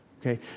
okay